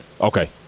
okay